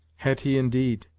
hetty, indeed!